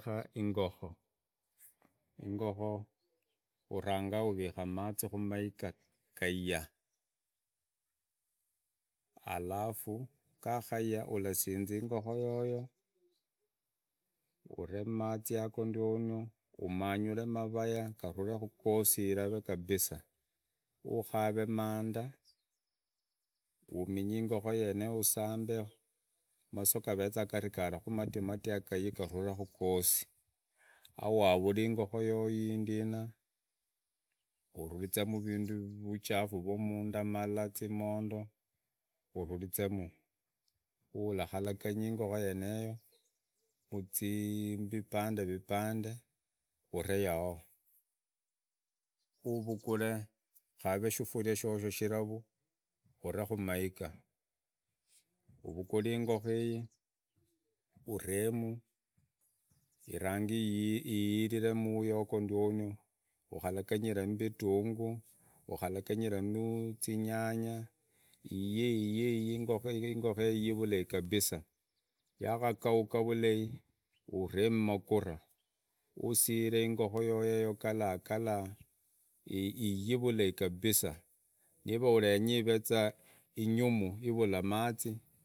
Ingokoo uranga uvihaa mazi numaiga kayaa alafuu gahuiya ulasinza ingohoo yoyo uremmnzi yago ndiono umanyure muraya garule mugosi ivave kabisa ukare maanda uuminye ingonzoo yenego usambe masuu gaveza garigarimu matimati yaga garulenu yasi awavare ingohoo yoyo iyi ndina uvulize mu ruchafu rwa zindaa malaa zimondo uvulizemu uulakaganya ingonoo yeneyo uzii mripanderipande uree yahoo uvukule shifuria shosho shilavu uree mmaiga uvugule ingohoo ii uremu irange iyirire mmuliro yogo ndiono unaraginyiremu vitunguru uhuraginyiremu zinyanga iyii iyii vulai kabisa yakahauha mu vulai uremu madura uusire ingonoo yego galaagalaa iyii vujai nabisa niva urenyaz a inyumu ivula mazi.